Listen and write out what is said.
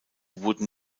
wurden